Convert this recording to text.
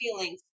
feelings